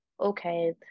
okay